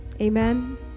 Amen